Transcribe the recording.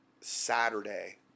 Saturday